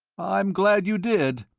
i am glad you did,